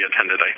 attended